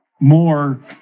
more